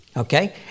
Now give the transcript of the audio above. Okay